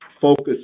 focus